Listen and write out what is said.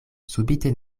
subite